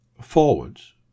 forwards